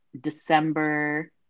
December